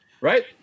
right